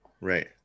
right